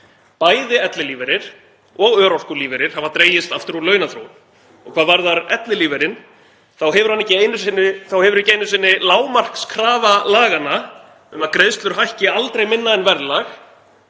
Bæði ellilífeyrir og örorkulífeyrir hafa dregist aftur úr launaþróun og hvað varðar ellilífeyrinn þá hefur ekki einu sinni lágmarkskrafa laganna um að greiðslur hækki aldrei minna en verðlag